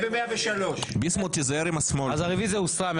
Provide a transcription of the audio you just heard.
הרביזיה הוסרה.